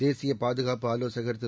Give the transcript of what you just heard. தேசியபாதுகாப்பு ஆலோசகர் திரு